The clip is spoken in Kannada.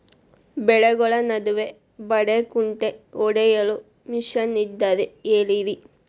ಬೆಳೆಗಳ ನಡುವೆ ಬದೆಕುಂಟೆ ಹೊಡೆಯಲು ಮಿಷನ್ ಇದ್ದರೆ ಹೇಳಿರಿ